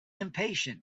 impatient